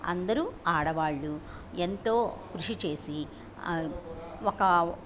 అందరూ ఆడవాళ్ళు ఎంతో కృషి చేసి ఒక